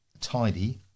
tidy